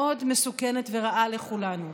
מאוד מסוכנת ורעה לכולנו.